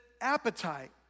appetite